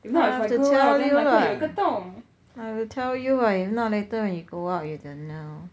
I have to tell you [what] I have to tell you [what] if not later when you go out you don't know